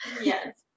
Yes